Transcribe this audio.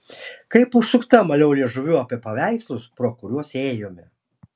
kaip užsukta maliau liežuviu apie paveikslus pro kuriuos ėjome